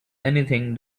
anything